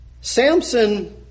Samson